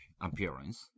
appearance